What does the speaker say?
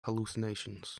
hallucinations